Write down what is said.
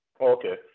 Okay